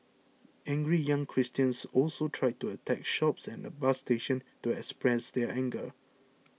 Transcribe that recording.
angry young Christians also tried to attack shops and a bus station to express their anger